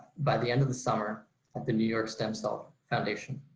by the end of the summer at the new york stem cell foundation